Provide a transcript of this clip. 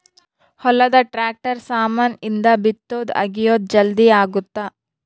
ಹೊಲದ ಟ್ರಾಕ್ಟರ್ ಸಾಮಾನ್ ಇಂದ ಬಿತ್ತೊದು ಅಗಿಯೋದು ಜಲ್ದೀ ಅಗುತ್ತ